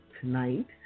tonight